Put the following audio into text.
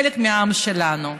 חלק מהעם שלנו.